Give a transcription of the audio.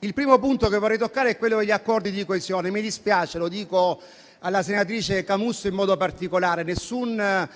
Il primo punto che vorrei toccare è quello degli accordi di coesione. Dico, alla senatrice Camusso in modo particolare, che mi dispiace, ma